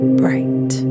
bright